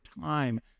time